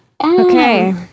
Okay